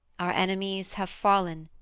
our enemies have fallen,